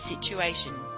situation